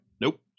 Nope